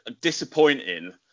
disappointing